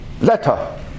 letter